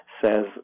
says